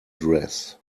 dress